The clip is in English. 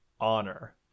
honor